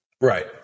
Right